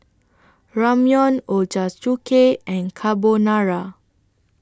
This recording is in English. Ramyeon Ochazuke and Carbonara